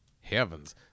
heavens